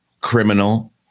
criminal